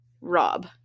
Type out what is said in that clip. Rob